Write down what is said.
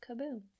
kaboom